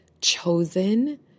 chosen